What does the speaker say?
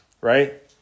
right